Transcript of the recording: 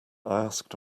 asked